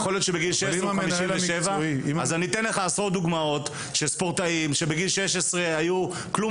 יש עשרות דוגמאות לספורטאים שבגיל 16 היו כלום